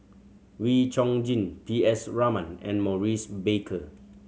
Wee Chong Jin P S Raman and Maurice Baker